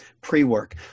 pre-work